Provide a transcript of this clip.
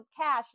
cash